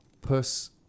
Puss